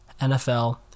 NFL